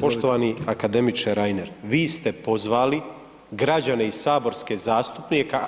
Poštovani akademiče Reiner, vi ste pozvali građane i saborske